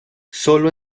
sólo